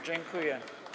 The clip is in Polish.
Dziękuję.